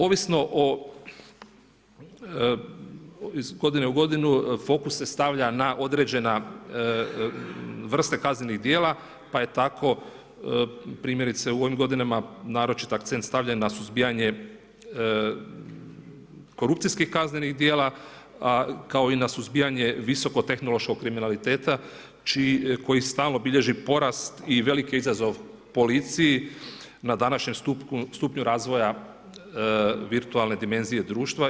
Ovisno o iz godine u godinu, fokus se stavlja na određene vrste kaznenih dijela, pa je tako, primjerice u ovim godinama, naročito akcent stavljen na suzbijanje korupcijskih kaznenih dijela kao i na suzbijanje visoko tehnološkog kriminaliteta, koji stalno bilježi porast i veliki izazov policiji, na današnjem stupnju razvoja virtualne dimenzije društva.